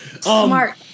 smart